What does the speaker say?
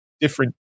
Different